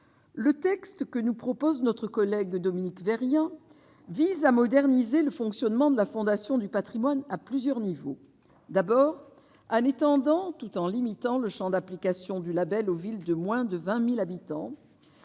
le texte que nous propose notre collègue Dominique verrions vise à moderniser le. Fonctionnement de la Fondation du Patrimoine à plusieurs niveaux, d'abord en étendant tout en limitant le Champ d'application du Label aux villes de moins de 20000 habitants.